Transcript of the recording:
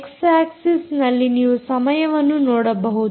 X ಆಕ್ಸಿಸ್ನಲ್ಲಿ ನೀವು ಸಮಯವನ್ನು ನೋಡಬಹುದು